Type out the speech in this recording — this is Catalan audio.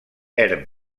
erm